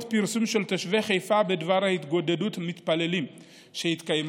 פרסום של תושבי חיפה בדבר התגודדות המתפללים שהתקיימה